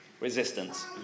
Resistance